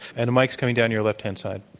and a mic's coming down your left-hand side.